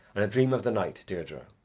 and a dream of the night, deirdre.